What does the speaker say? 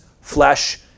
flesh